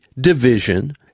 division